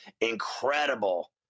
Incredible